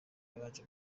yabanje